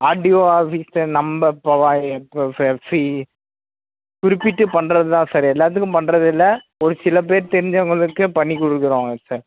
RTO ஆஃபீஸில் நம்ப இப்போ வா இப்போ ஃப ஃபி குறிப்பிட்டு பண்ணுறது தான் சார் எல்லார்த்துக்கும் பண்றதில்ல ஒரு சில பேர் தெரிஞ்சவங்களுக்கு பண்ணி கொடுக்குறோங்க சார்